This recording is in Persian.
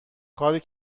کاری